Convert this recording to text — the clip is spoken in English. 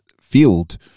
field